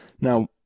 Now